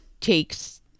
takes